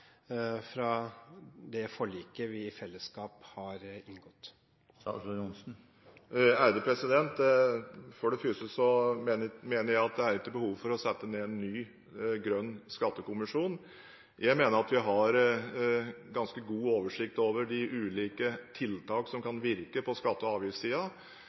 det forliket vi i fellesskap har inngått? For det første mener jeg at det ikke er behov for å sette ned en ny grønn skattekommisjon. Jeg mener vi har ganske god oversikt over de ulike tiltakene som kan virke på skatte- og